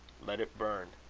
let it burn.